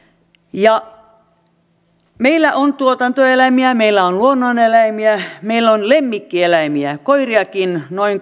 meillä on tuotantoeläimiä meillä on luonnoneläimiä meillä on lemmikkieläimiä koiriakin noin